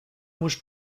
was